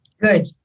Good